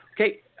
Okay